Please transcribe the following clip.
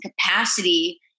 capacity